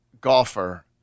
golfer